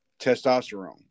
testosterone